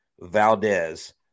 Valdez